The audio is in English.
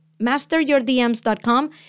MasterYourDMs.com